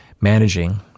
managing –